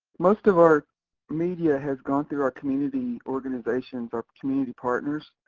most of our media has gone through our community organizations or community partners.